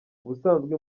ubusanzwe